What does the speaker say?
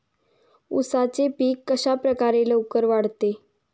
उसाचे पीक कशाप्रकारे लवकर वाढते?